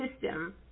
system